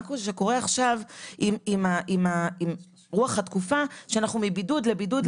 מה שקורה עכשיו עם רוח התקופה שאנחנו מבידוד לבידוד,